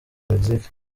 mexique